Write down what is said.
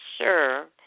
sure